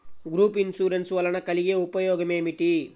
Group insurance వలన కలిగే ఉపయోగమేమిటీ?